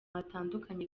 hatandukanye